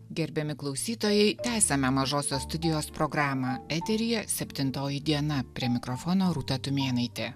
gerbiami klausytojai tęsiame mažosios studijos programą eteryje septintoji diena prie mikrofono rūta tumėnaitė